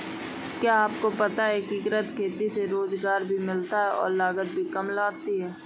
क्या आपको पता है एकीकृत खेती से रोजगार भी मिलता है और लागत काम आती है?